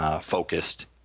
focused